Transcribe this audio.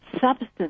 substance